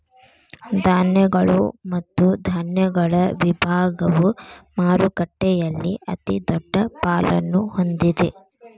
ಧಾನ್ಯಗಳು ಮತ್ತು ಧಾನ್ಯಗಳ ವಿಭಾಗವು ಮಾರುಕಟ್ಟೆಯಲ್ಲಿ ಅತಿದೊಡ್ಡ ಪಾಲನ್ನು ಹೊಂದಿದೆ